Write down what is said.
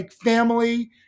family